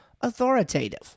authoritative